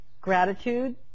gratitude